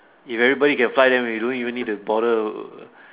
if everyone can fly then we don't even need to bother